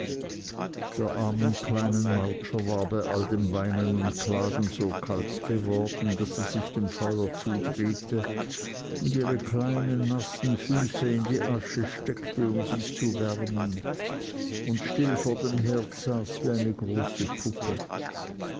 der armen kleinen mowcher war bei all dem weinen und klagen so kalt geworden daß sie sich dem feuer zudrehte und ihre kleinen nassen füße in die asche steckte um sie zu wärmen und still vor dem herd saß wie eine große puppe